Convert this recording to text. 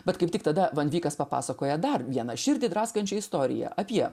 bet kaip tik tada van vykas papasakoja dar vieną širdį draskančią istoriją apie